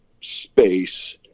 space